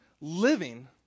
living